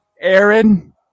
Aaron